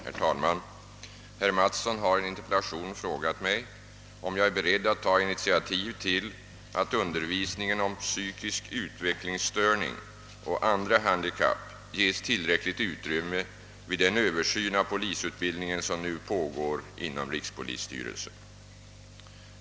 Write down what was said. Herr talman! Herr Mattsson har i en interpellation frågat mig, om jag är beredd att ta initiativ till att undervisningen om psykisk utvecklingsstörning och andra handikapp ges tillräckligt utrymme vid den översyn av polisutbildningen som nu pågår inom rikspolisstyrelsen.